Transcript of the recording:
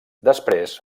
després